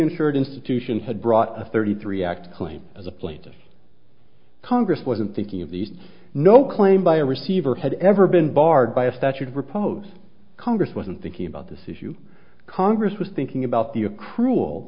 insured institution had brought a thirty three act claim as a plaintiff congress wasn't thinking of the no claim by a receiver had ever been barred by a statute riposte congress wasn't thinking about this issue congress was thinking about the a cruel